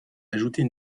ajouter